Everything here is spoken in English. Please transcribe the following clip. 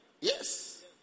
Yes